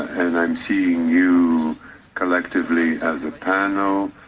and i'm seeing you collectively as a panel,